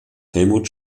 helmut